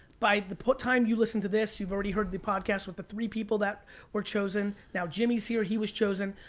by the time you listen to this, you've already heard the podcast with the three people that were chosen. now jimmy's here, he was chosen.